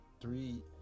three